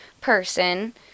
person